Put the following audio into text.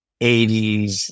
80s